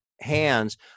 hands